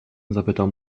zapytał